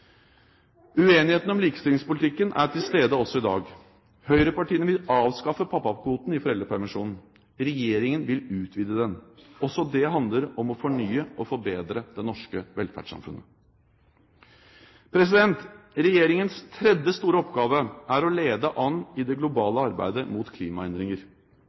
Uenigheten om likestillingspolitikken er til stede også i dag. Høyrepartiene vil avskaffe pappakvoten i foreldrepermisjonen. Regjeringen vil utvide den. Også det handler om å fornye og forbedre det norske velferdssamfunnet. Regjeringens tredje store oppgave er å lede an i det globale arbeidet mot klimaendringer.